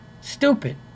Stupid